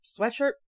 Sweatshirt